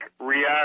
react